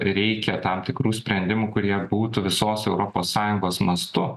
reikia tam tikrų sprendimų kurie būtų visos europos sąjungos mastu